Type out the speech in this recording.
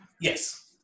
Yes